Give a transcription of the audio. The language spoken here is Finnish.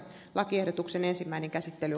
lakiehdotuksen ensimmäinen käsittely